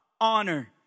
honor